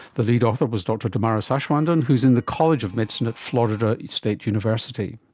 the lead author was dr damaris aschwanden who is in the college of medicine at florida state university.